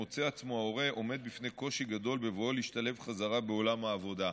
מוצא עצמו ההורה עומד בפני קושי גדול בבואו להשתלב חזרה בעולם העבודה,